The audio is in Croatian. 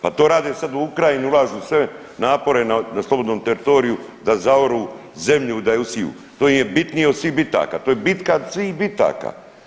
Pa to rade sad u Ukrajini ulažu sve napore na slobodnom teritoriju da zaoru zemlju i da je usiju, to im je bitnije od svih bitaka, to je bitka svih bitaka.